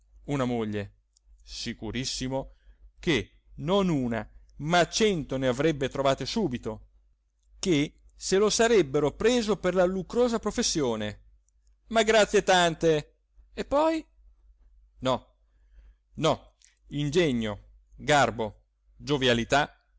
una moglie sicurissimo che non una ma cento ne avrebbe trovate subito che se lo sarebbero preso per la lucrosa professione ma grazie tante e poi no no ingegno garbo giovialità doti